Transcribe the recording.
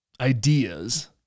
ideas